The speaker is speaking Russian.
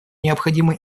необходимо